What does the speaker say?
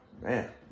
Man